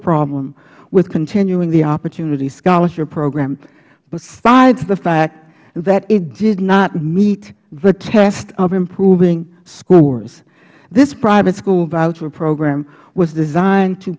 problem with continuing the opportunity scholarship program besides the fact that it did not meet the test of improving scores this private school voucher program was designed to